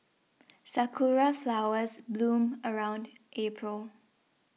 sakura flowers bloom around April